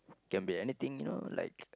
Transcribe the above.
can be anything you know like